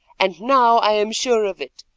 and now i am sure of it.